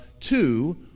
two